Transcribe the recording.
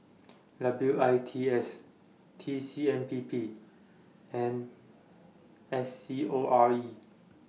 W I T S T C M P P and S C O R E